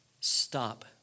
stop